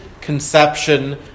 conception